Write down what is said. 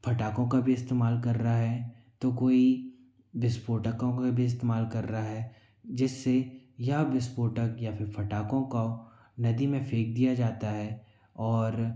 पटाखों का भी इस्तेमाल कर रहा है तो कोई विस्फोटकों का भी इस्तेमाल कर रहा है जिससे यह विस्फोटक या फिर पटाखे का नदी में फेंक दिया जाता है और